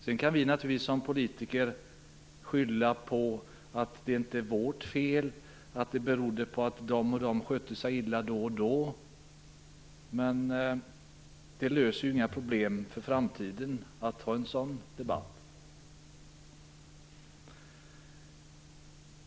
Vi kan som politiker naturligtvis skylla ifrån oss och säga att det inte är vårt fel och att det berodde på att någon annan skötte sig illa vid något tillfälle. En sådan debatt löser inga problem för framtiden.